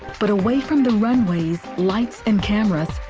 but away from the runways, life, and camera,